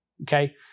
okay